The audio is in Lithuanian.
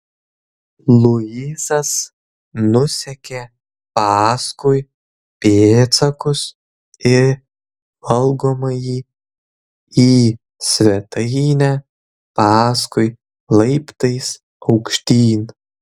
luisas nusekė paskui pėdsakus į valgomąjį į svetainę paskui laiptais aukštyn